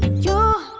you're